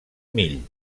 mill